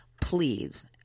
Please